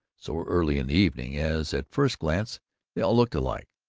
so early in the evening, as at first glance they all looked alike,